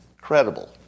credible